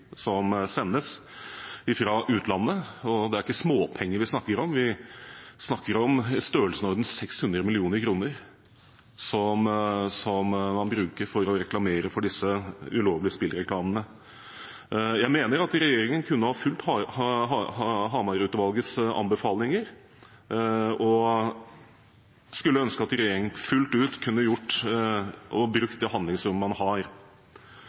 som sendes fra utlandet. Det er ikke småpenger vi snakker om, vi snakker om i størrelsesorden 600 mill. kr som man bruker på denne ulovlige spillreklamen. Jeg mener at regjeringen kunne ha fulgt Hamarutvalgets anbefalinger, og skulle ønske at regjeringen fullt ut kunne brukt det handlingsrommet man har.